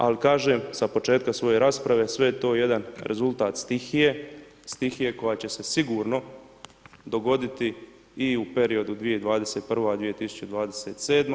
Ali kažem sa početka svoje rasprave sve je to jedan rezultat stihije, stihije koja će se sigurno dogoditi i u periodu 2021., 2027.